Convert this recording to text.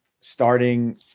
starting